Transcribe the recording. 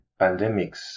pandemics